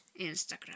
Instagram